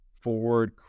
forward